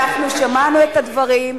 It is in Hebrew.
אנחנו שמענו את הדברים,